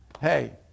hey